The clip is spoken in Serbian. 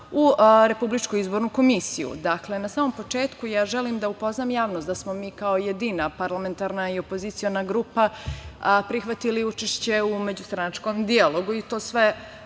u Republičku izbornu komisiju. Na samom početku želim da upoznam javnost da smo mi kao jedina parlamentarna i opoziciona grupa prihvatili učešće u međustranačkom dijalogu, i to sve